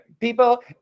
people